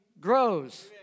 grows